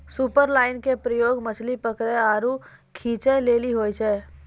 superline के प्रयोग मछली पकरै आरु खींचै लेली होय छै